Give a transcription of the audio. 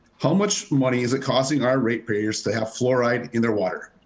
how much money is it costing our rate payers to have fluoride in the water?